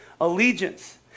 allegiance